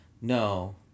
No